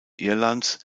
irlands